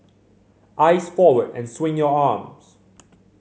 eyes forward and swing your arms